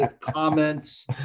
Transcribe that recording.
comments